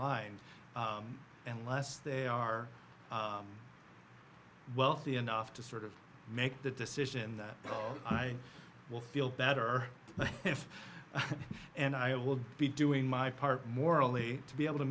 line unless they are wealthy enough to sort of make the decision that i will feel better and i would be doing my part morally to be able to